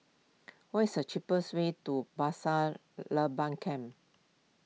what is the cheapest way to Pasir Laba Camp